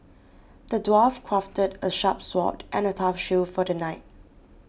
the dwarf crafted a sharp sword and a tough shield for the knight